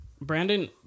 Brandon